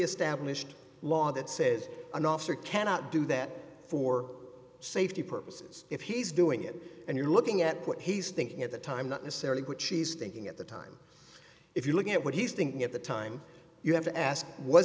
established law that says an officer cannot do that for safety purposes if he's doing it and you're looking at what he's thinking at the time not necessarily what she's thinking at the time if you look at what he's thinking at the time you have to ask was